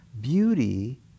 beauty